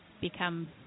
become